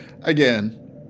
Again